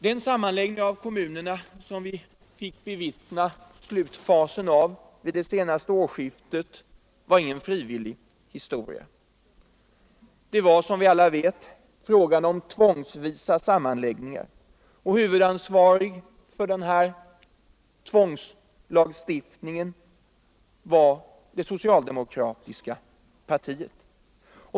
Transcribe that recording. Den sammanläggning av kommunerna som vi fick bevittna slutfasen av vid det senaste årsskiftet var ingen frivillig historia. Det var, som vi alla vet, fråga om tvångsvisa sammanläggningar, och huvudansvarigt för tvångslagstiftningen var det socialdemokratiska partiet.